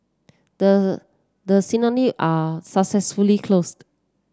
the are successfully closed